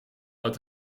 uit